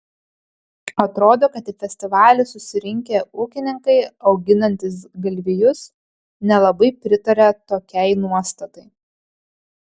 atrodo kad į festivalį susirinkę ūkininkai auginantys galvijus nelabai pritaria tokiai nuostatai